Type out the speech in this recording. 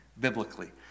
biblically